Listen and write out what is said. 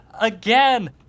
again